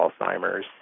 Alzheimer's